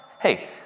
Hey